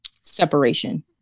separation